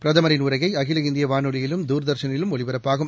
பிரதமரின் உரையை அகில இந்திய வானொலியிலும் தூர்தர்ஷனிலும் ஒலிபரப்பாகும்